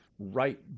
Right